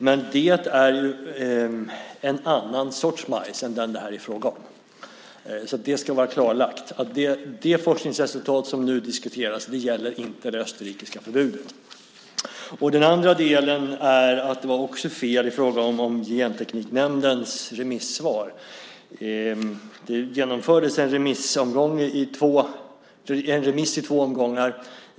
Men det är en annan sorts majs än den det här är fråga om. Det ska vara klarlagt att de forskningsresultat som nu diskuteras inte gäller det österrikiska förbudet. Dels var det fel i fråga om Gentekniknämndens remissvar. Det genomfördes en remiss i två omgångar.